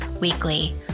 weekly